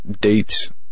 dates